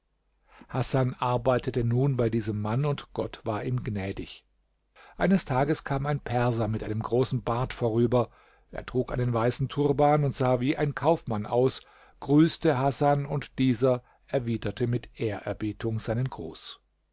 hasan arbeitete nun bei diesem mann und gott war ihm gnädig eines tages kam ein perser mit einem großen bart vorüber er trug einen weißen turban und sah wie ein kaufmann aus grüßte hasan und dieser erwiderte mit ehrerbietung seinen gruß